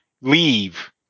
leave